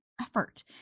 effort